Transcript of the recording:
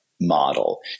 model